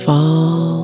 Fall